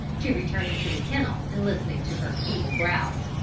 to returning to the kennel and listening to her feeble growls.